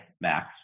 max